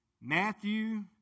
Matthew